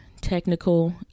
technical